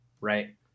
right